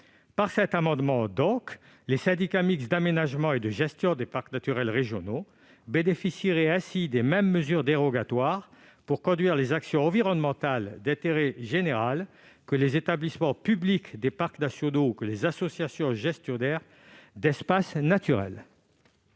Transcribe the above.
permettre aux syndicats mixtes d'aménagement et de gestion des parcs naturels régionaux de bénéficier des mêmes mesures dérogatoires pour conduire les actions environnementales d'intérêt général que les établissements publics des parcs nationaux ou les associations gestionnaires d'espaces naturels.